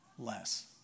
less